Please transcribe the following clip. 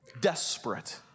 desperate